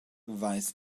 vice